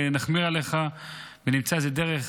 נחמיר איתך ונמצא דרך